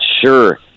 sure